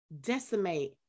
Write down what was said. decimate